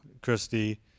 Christy